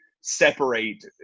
separate